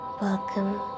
Welcome